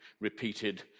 repeated